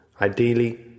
Ideally